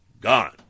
gone